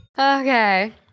Okay